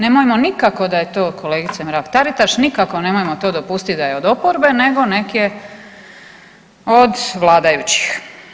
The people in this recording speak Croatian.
Nemojmo nikako da je to kolegice Mrak Taritaš, nikako nemojmo to dopustiti da je od oporbe, nego neke od vladajućih.